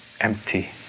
empty